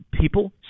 people